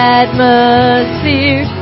atmosphere